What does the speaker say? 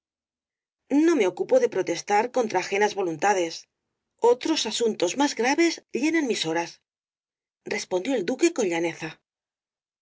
no me ocupo de protestar contra ajenas voluntades otros asuntos más graves llenan mis horas respondió el duque con